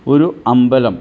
ഒരു അമ്പലം